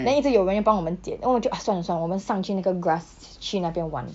then 一直有人帮我们检 then 我就 ah 算了算了我们上去那个 grass 去那边玩